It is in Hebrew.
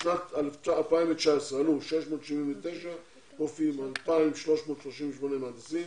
בשנת 2019 עלו 679 רופאים, 2,338 מהנדסים,